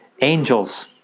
Angels